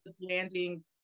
landing